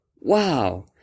Wow